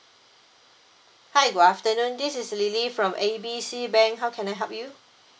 hi good afternoon this is lily from A B C bank how can I help you